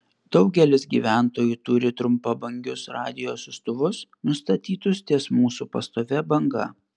daugelis gyventojų turi trumpabangius radijo siųstuvus nustatytus ties mūsų pastovia banga